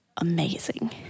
amazing